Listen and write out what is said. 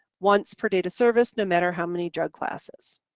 once per date of service no matter how many drug classes.